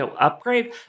upgrade